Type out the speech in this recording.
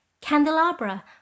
candelabra